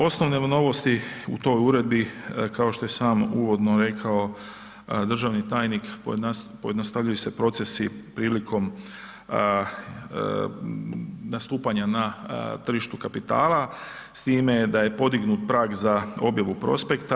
Osnovne novosti u toj uredbi kao što je i sam uvodno rekao državni tajnik pojednostavljuju se procesi prilikom nastupanja na tržištu kapitala, s time da je podignut prag za objavu prospekta.